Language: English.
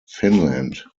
finland